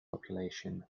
population